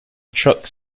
truck